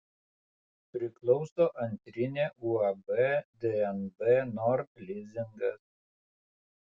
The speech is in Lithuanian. priklauso antrinė uab dnb nord lizingas